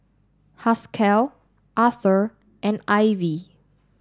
Haskell Arthur and Ivie